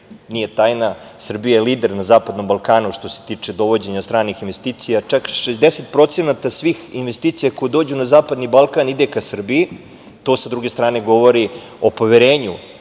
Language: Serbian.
nije tajna, Srbija je lider na zapadnom Balkanu što se tiče dovođenja stranih investicija. Čak 60% svih investicija koje dođu na zapadni Balkan ide ka Srbiji. To sa druge strane govori o poverenju